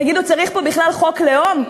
תגידו, צריך פה בכלל חוק לאום?